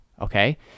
okay